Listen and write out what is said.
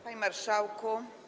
Panie Marszałku!